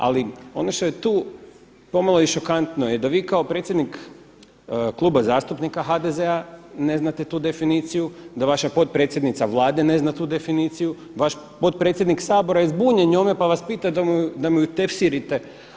Ali ono što je tu pomalo i šokantno je da vi kao predsjednik Kluba zastupnika HDZ-a ne znate tu definiciju, da vaša potpredsjednica Vlade ne zna tu definiciju, vaš potpredsjednik Sabora je zbunjen njome, pa vas pita da mu utefsirite.